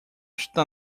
está